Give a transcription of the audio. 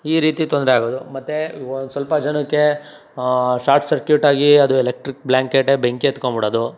ಈ ರೀತಿ ತೊಂದರೆ ಆಗೋದು ಮತ್ತು ಸ್ವಲ್ಪ ಜನಕ್ಕೆ ಶಾರ್ಟ್ ಸರ್ಕ್ಯೂಟಾಗಿ ಅದು ಎಲೆಕ್ಟ್ರಿಕ್ ಬ್ಲ್ಯಾಂಕೆಟೇ ಬೆಂಕಿ ಹತ್ಕೊಂಡು ಬಿಡೋದು